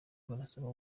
barasabwa